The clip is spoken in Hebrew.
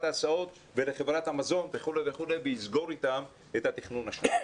ההסעות ולחברת המזון וכולי ויסגור אתם את התכנון השנתי.